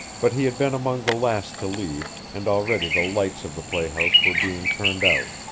but he had been among the last to leave, and already the lights of the playhouse were being turned out.